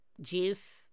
juice